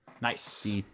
Nice